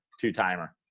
two-timer